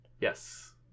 yes